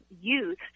youth